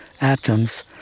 atoms